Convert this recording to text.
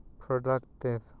productive